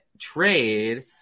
trade